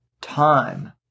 Time